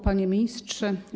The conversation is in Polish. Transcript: Panie Ministrze!